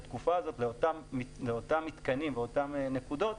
אפשר לשפר את התעריפים על מנת לעודד את חברות החלוקה.